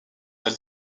elle